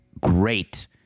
great